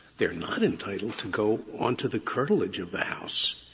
they're not entitled to go onto the curtilage of the house,